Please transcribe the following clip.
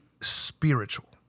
spiritual